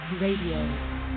Radio